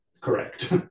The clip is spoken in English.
Correct